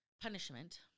punishment